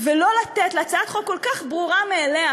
ולא לתת להצעת חוק כל כך ברורה מאליה,